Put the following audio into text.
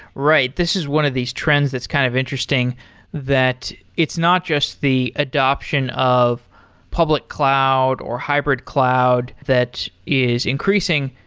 right. this is one of these trends that's kind of interesting that it's not just the adoption of public cloud or hybrid cloud that is increasing.